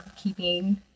keeping